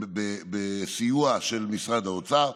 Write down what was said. סיוע של משרד האוצר,